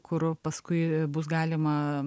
kur paskui bus galima